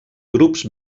grups